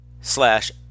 Slash